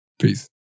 Peace